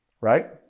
Right